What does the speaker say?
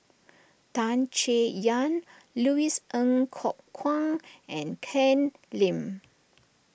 Tan Chay Yan Louis Ng Kok Kwang and Ken Lim